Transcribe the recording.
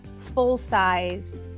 full-size